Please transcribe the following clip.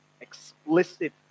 explicit